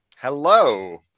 Hello